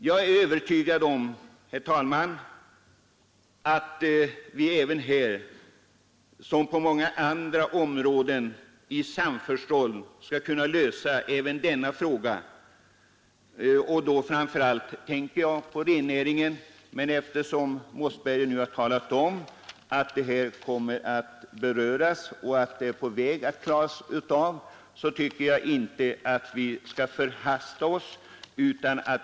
Jag är övertygad om, herr talman, att vi här som på många andra områden i samförstånd skall kunna lösa problemen. Framför allt tänker jag då på rennäringen. Men eftersom herr Mossberger har talat om att man är på väg att klara upp denna fråga, tycker jag att vi inte skall förhasta oss.